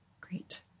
Great